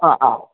അഹ് അഹ്